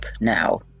now